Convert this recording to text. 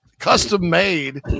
custom-made